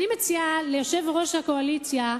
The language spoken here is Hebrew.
אני מציעה ליושב-ראש הקואליציה,